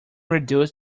reduce